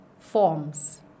Forms